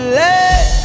let